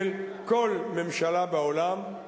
של כל ממשלה בעולם,